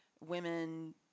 women